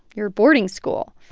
your boarding school?